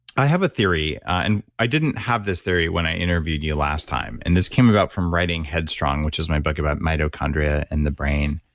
i have a theory, and i didn't have this theory when i interviewed you last time and this came about from writing head strong which is my book about mitochondria and the brain.